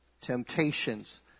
temptations